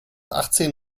achtzehn